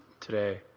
today